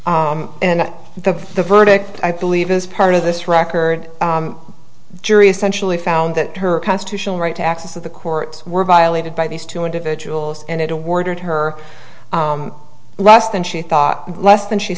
involved and the the verdict i believe is part of this record jury essentially found that her constitutional right to access to the courts were violated by these two individuals and it awarded her less than she thought less than she